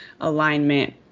alignment